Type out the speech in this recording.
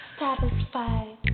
satisfied